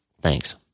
Thanks